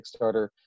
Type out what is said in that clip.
Kickstarter